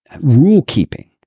rule-keeping